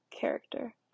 character